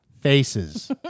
faces